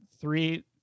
three